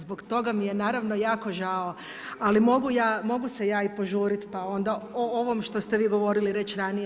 Zbog toga mi je naravno jako žao, ali mogu se ja i požuriti, pa onda o ovom što ste vi govorili reći ranije.